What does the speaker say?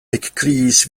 ekkriis